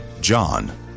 John